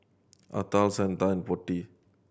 Atal Santha and Potti